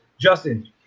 Justin